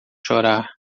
chorar